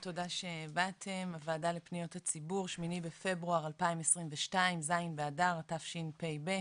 הוועדה לפניות הציבור ה-8 בפברואר 2022 ז' באדר תשפ"ב.